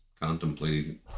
contemplating